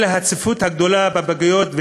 אלא הצפיפות בפגיות גדולה,